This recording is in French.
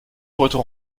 retour